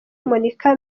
monika